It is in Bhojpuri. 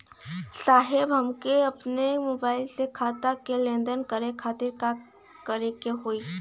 साहब हमके अपने मोबाइल से खाता के लेनदेन करे खातिर का करे के होई?